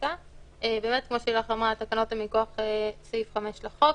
כמו שלילך אמרה התקנות הן מכוח סעיף 5 לחוק,